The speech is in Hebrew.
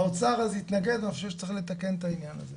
האוצר אז התנגד ואני חושב שצריך לתקן את העניין הזה.